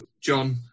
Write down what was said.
John